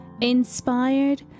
inspired